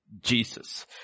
Jesus